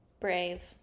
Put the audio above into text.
brave